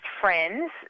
friends